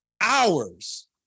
Hours